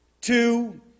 Two